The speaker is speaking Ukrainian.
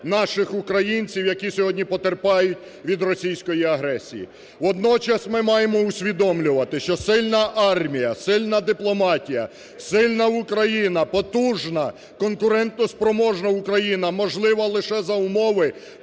наших українців, які сьогодні потерпають від російської агресії. Водночас ми маємо усвідомлювати, що сильна армія, сильна дипломатія, сильна Україна, потужна, конкурентоспроможна Україна можлива лише за умови